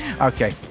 okay